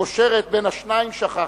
הקושרת בין השניים, שכחנו.